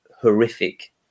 horrific